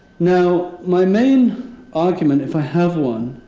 now my main argument, if i have one,